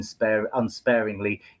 unsparingly